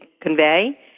convey